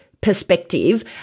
perspective